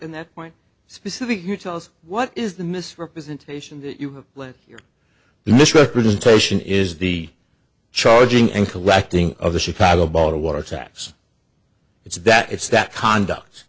and that point specific you tell us what is the misrepresentation you lend your misrepresentation is the charging and collecting of the chicago board of water tax it's that it's that conduct